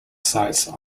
sites